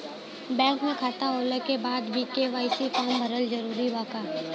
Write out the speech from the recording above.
Bank में खाता होला के बाद भी के.वाइ.सी फार्म भरल जरूरी बा का?